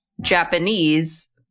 Japanese